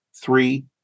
three